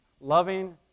Loving